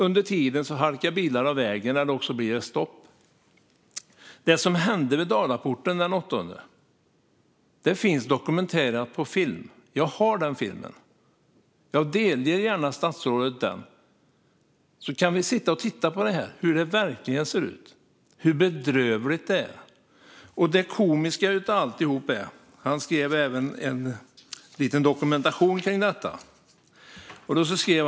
Under tiden kör bilar av vägen på grund av halkan eller så blir det stopp. Det som hände vid Dalaporten den 8 april finns dokumenterat på film. Jag har den filmen och delger gärna statsrådet den. Vi kan titta hur det verkligen såg ut och hur bedrövligt det var. Min kompis skrev en liten dokumentation av detta. Det är lite komiskt.